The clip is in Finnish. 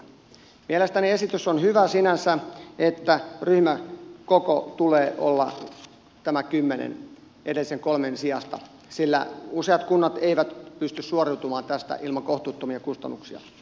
mielestäni esitys on hyvä sinänsä että ryhmäkoon tulee olla tämä kymmenen edellisen kolmen sijasta sillä useat kunnat eivät pysty suoriutumaan tästä ilman kohtuuttomia kustannuksia